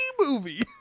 movie